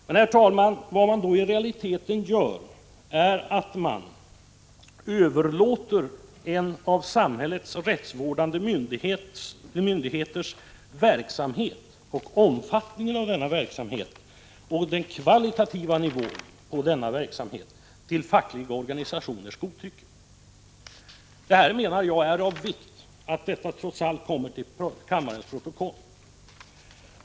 Men, herr talman, vad man i realiteten gör är att man överlåter en av samhällets rättsvårdande myndigheters verksamhet, denna verksamhets omfattning och kvalitativa nivå till fackliga organisationers godtycke. Det är av vikt att detta trots allt kommer till kammarens protokoll.